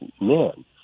men